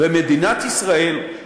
ומדינת ישראל,